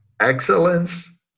excellence